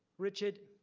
richard,